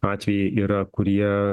atvejai yra kurie